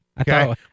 Okay